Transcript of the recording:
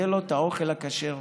יהיה לו אוכל כשר.